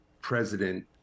president